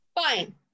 Fine